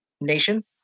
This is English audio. nation